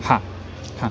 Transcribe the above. हां हां